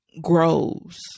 grows